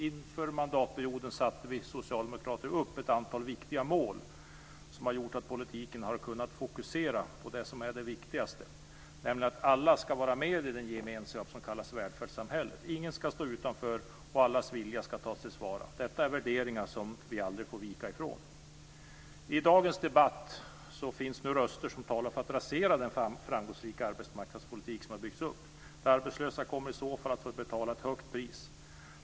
Inför mandatperioden satte vi socialdemokrater upp ett antal viktiga mål som har gjort att politiken har kunnat fokusera på det som är det viktigaste, nämligen att alla ska vara med i den gemenskap som kallas välfärdssamhället. Ingen ska stå utanför, och allas vilja ska tas till vara. Detta är värderingar som vi aldrig får vika ifrån. I dagens debatt finns röster som talar för att rasera den framgångsrika arbetsmarknadspolitik som har byggts upp. De arbetslösa kommer i så fall att få betala ett högt pris.